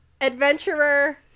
adventurer